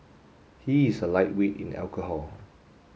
he is a lightweight in alcohol